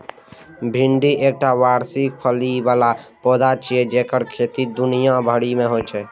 भिंडी एकटा वार्षिक फली बला पौधा छियै जेकर खेती दुनिया भरि मे होइ छै